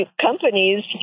companies